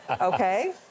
Okay